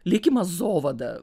lėkimas zovada